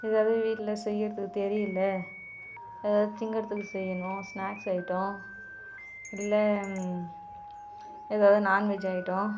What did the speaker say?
எதாவது வீட்டில் செய்கிறதுக்கு தெரியலை எதாவது திங்கறதுக்கு செய்யணும் ஸ்நாக்ஸ் ஐட்டம் இல்லை எதாவது நான்வெஜ் ஐட்டம்